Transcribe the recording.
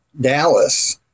Dallas